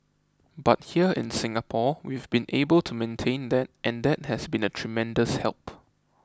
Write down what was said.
but here in Singapore we've been able to maintain that and that has been a tremendous help